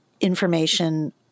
Information